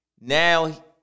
now